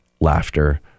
laughter